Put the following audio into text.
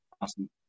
Awesome